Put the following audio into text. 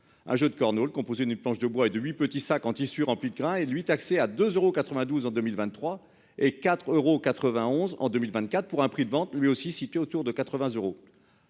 Un jeu de Cornol composé une planche de bois et de lui petits sacs en tissu rempli de grains et lui taxé à 2 euros 92 en 2023 et 4 euros 91 en 2024 pour un prix de vente lui aussi situé autour de 80 euros.